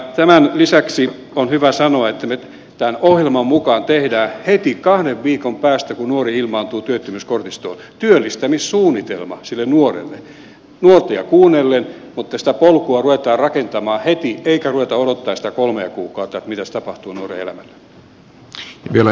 tämän lisäksi on hyvä sanoa että me tämän ohjelman mukaan teemme heti kahden viikon päästä siitä kun nuori ilmaantuu työttömyyskortistoon työllistämissuunnitelman sille nuorelle nuorta kuunnellen mutta sitä polkua ruvetaan rakentamaan heti eikä ruveta odottamaan sitä kolmea kuukautta että mitäs tapahtuu nuoren elämälle